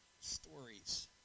stories